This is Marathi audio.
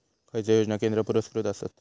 खैचे योजना केंद्र पुरस्कृत आसत?